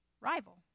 rival